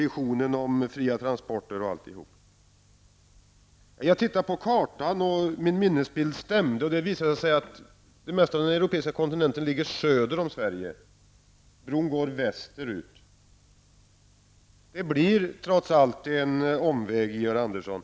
Han talar om visionen om fria transporter osv. Jag tittade på kartan. Min minnesbild stämde. Det mesta av den europeiska kontinenten ligger söder om Sverige. Bron går västerut. Det blir trots allt en omväg, Georg Andersson.